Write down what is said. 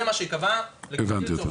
זה מה שייקבע בערעור.